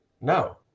no